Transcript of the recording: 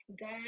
God